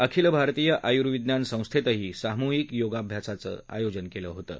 अखिल भारतीय आयुर्विज्ञान संस्थेतही सामूहिक योगाभ्यासाचं आयोजन केलं होतं